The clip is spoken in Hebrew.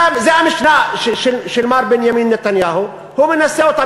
זה המשוואה של מר בנימין נתניהו, והוא מנסה אותה.